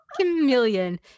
chameleon